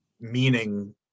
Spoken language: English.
meaning